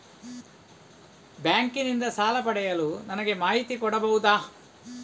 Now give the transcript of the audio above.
Bank ನಿಂದ ಸಾಲ ಪಡೆಯಲು ನನಗೆ ಮಾಹಿತಿ ಕೊಡಬಹುದ?